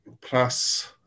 plus